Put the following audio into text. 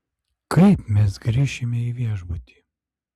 kaip mes grįšime į viešbutį